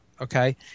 Okay